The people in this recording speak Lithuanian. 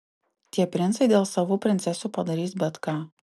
tie princai dėl savų princesių padarys bet ką